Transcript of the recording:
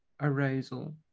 arousal